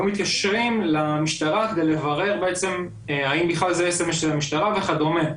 היו מתקשרים למשטרה כדי לברר האם זה בכלל אס.אמ.אס של המשטרה וכדומה.